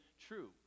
true